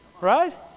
right